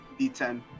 d10